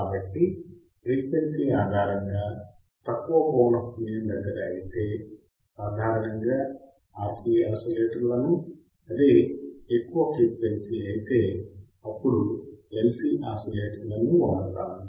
కాబట్టి ఫ్రీక్వెన్సీ ఆధారంగా తక్కువ పౌనఃపున్యం దగ్గర ఐతే సాధారణంగా RC ఆసిలేటర్లను అదే ఎక్కువ ఫ్రీక్వెన్సీ అయితే అప్పుడు LC ఆసిలేటర్లను వాడతాము